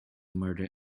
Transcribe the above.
murder